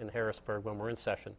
in harrisburg when we're in session